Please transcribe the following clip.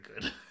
good